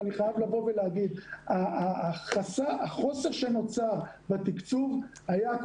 ואני חייב להגיד שהחוסר שנוצר בתקצוב היה,